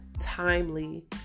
timely